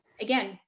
again